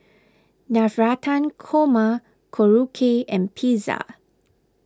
Navratan Korma Korokke and Pizza